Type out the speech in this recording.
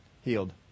healed